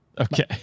Okay